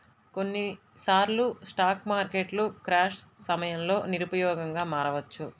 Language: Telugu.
కొన్నిసార్లు స్టాక్ మార్కెట్లు క్రాష్ సమయంలో నిరుపయోగంగా మారవచ్చు